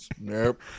nope